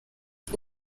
ati